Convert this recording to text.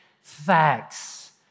facts